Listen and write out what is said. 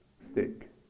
stick